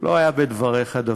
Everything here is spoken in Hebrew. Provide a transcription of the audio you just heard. לא היה בדבריך דבר,